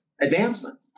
advancement